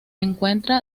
encuentra